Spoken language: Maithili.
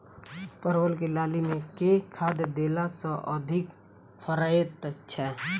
परवल केँ लाती मे केँ खाद्य देला सँ अधिक फरैत छै?